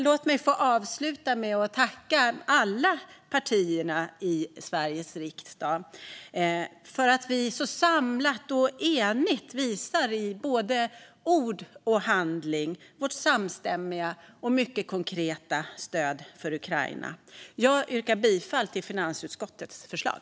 Låt mig avsluta med att tacka alla partier i Sveriges riksdag för att vi så samlat och enigt i ord och handling visar vårt samstämmiga och mycket konkreta stöd för Ukraina. Jag yrkar bifall till finansutskottets förslag.